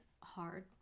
hard